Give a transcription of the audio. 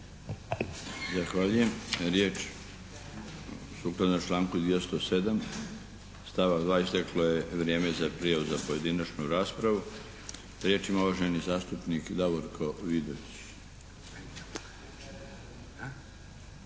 Zahvaljujem. Sukladno članku 207. stavak 2. isteklo je vrijeme za prijavu za pojedinačnu raspravu. Riječ ima uvaženi zastupnik Davorko Vidović.